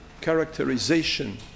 characterization